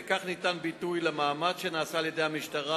בכך ניתן ביטוי למאמץ שנעשה על-ידי המשטרה